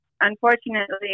unfortunately